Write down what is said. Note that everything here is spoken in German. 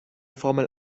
formel